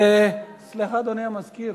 סליחה, אדוני המזכיר,